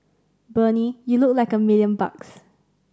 Bernie you look like a million bucks